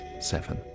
seven